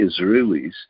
Israelis